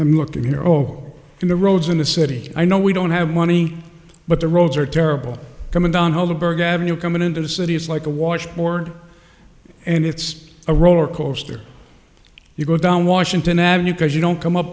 i'm looking here all the roads in the city i know we don't have money but the roads are terrible coming down holabird avenue coming into the city it's like a washboard and it's a roller coaster you go down washington avenue because you don't come up